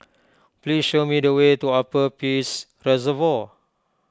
please show me the way to Upper Peirce Reservoir